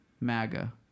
MAGA